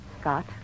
Scott